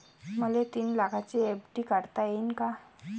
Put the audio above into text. मले तीन लाखाची एफ.डी काढता येईन का?